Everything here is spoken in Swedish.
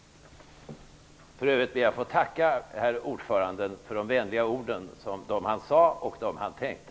För övrigt ber jag att få tacka herr ordföranden för de vänliga orden, de som han sade och de som han tänkte.